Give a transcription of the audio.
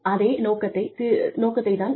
அதே நோக்கத்தைத் தான் திரு